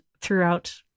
throughout